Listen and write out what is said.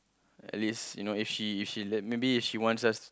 at least you know if she if she let maybe if she wants us